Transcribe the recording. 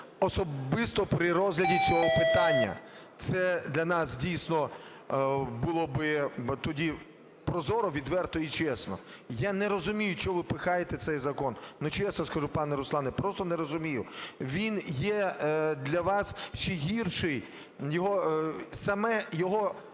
особисто при розгляді цього питання. Це для нас дійсно було би тоді прозоро, відверто і чесно. Я не розумію, чого випихаєте цей закон. Ну, чесно скажу, пане Руслане, просто не розумію. Він є для вас ще гірший, його бажання